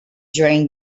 during